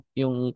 yung